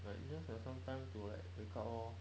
like use to some time to wake up lor